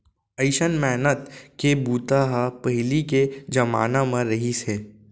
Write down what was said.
अइसन मेहनत के बूता ह पहिली के जमाना म रहिस हे